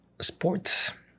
sports